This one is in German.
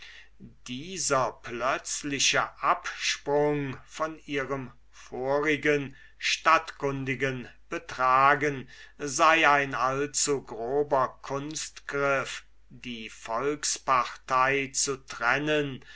dieser plötzliche absprung von ihrem vorigen stadtkundigen betragen sei ein allzu grober kunstgriff die volkspartei zu trennen